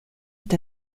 est